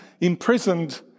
imprisoned